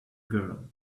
girl